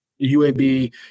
UAB